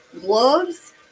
gloves